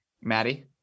maddie